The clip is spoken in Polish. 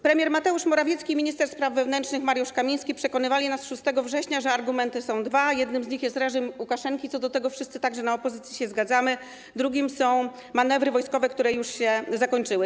Premier Mateusz Morawiecki i minister spraw wewnętrznych Mariusz Kamiński przekonywali nas 6 września, że argumenty są dwa, a jednym z nich jest reżim Łukaszenki - co do tego wszyscy, także na opozycji, się zgadzamy - drugim są manewry wojskowe, które już się zakończyły.